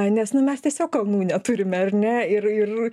nes nu mes tiesiog kalnų neturime ar ne ir ir